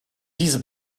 diese